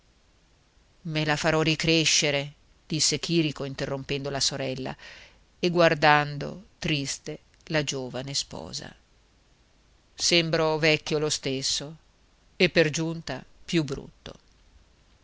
me la farò ricrescere disse chìrico interrompendo la sorella e guardando triste la giovane sposa sembro vecchio lo stesso e per giunta più brutto